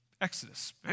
Exodus